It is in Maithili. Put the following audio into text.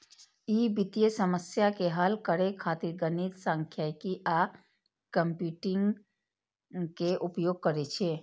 ई वित्तीय समस्या के हल करै खातिर गणित, सांख्यिकी आ कंप्यूटिंग के उपयोग करै छै